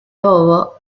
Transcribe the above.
lobo